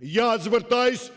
Я звертаюсь